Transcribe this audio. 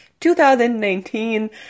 2019